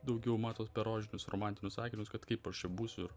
daugiau matot per rožinius romantinius akinius kad kaip aš čia būsiu ir